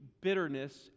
bitterness